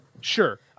Sure